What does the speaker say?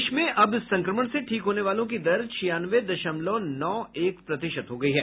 देश में अब संक्रमण से ठीक होने वालों की दर छियानवे दशमलव नौ एक प्रतिशत हो गई है